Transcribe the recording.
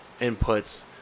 inputs